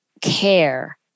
care